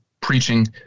preaching